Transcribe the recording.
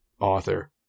author